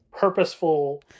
purposeful